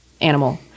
animal